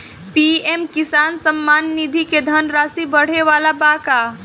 PM Kisan Samman Nidhi क धनराशि बढ़े वाला बा का?